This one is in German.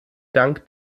dank